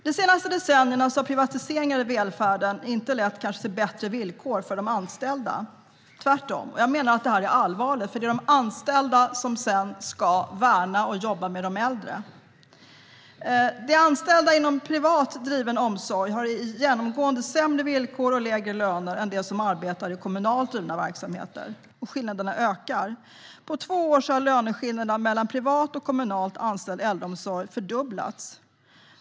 De senaste decenniernas privatiseringar i välfärden har inte lett till bättre villkor för de anställda - tvärtom. Jag menar att det här är allvarligt, för det är de anställda som sedan ska värna om och jobba med de äldre. De anställa inom privat driven omsorg har genomgående sämre villkor och lägre löner än de som arbetar i kommunalt drivna verksamheter, och skillnaderna ökar. På två år har löneskillnaderna mellan privat och kommunalt anställd personal i äldreomsorgen fördubblats.